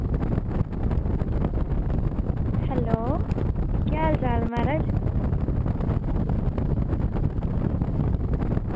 hello केह् हाल चाल ऐ म्हाराज